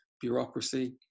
bureaucracy